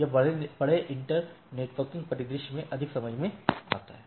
यह बड़े internetworking परिदृश्य में अधिक समझ में आता है